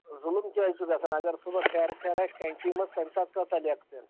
ظُلُم کیٛازِ چھُ گژھان اگر صُبَحس ہیرٕ پھیرٕ آسہِ کَنچی منٛز تَمہِ ساتہٕ کۭژاہ لٮ۪کہٕ پٮ۪ن